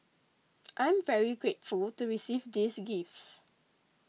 I'm very grateful to receive these gifts